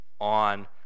on